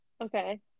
Okay